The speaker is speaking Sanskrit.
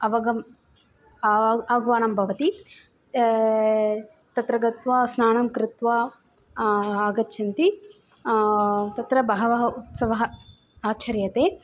अवगमनं आगमनं भवति तत्र गत्वा स्नानं कृत्वा आगच्छन्ति तत्र बहवः उत्सवाः आचर्यन्ते